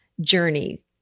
journey